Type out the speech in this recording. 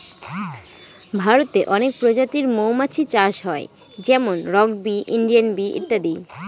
ভারতে অনেক প্রজাতির মৌমাছি চাষ হয় যেমন রক বি, ইন্ডিয়ান বি ইত্যাদি